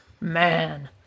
man